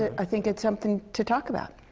i think it's something to talk about.